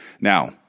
Now